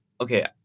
Okay